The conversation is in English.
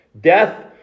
Death